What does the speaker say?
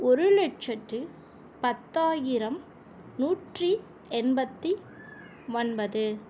ஒரு லட்ச்சத்தி பத்தாயிரம் நூற்றி எண்பத்து ஒன்பது